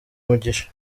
umugisha